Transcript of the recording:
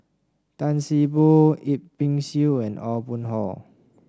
Tan See Boo Yip Pin Xiu and Aw Boon Haw